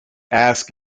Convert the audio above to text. ask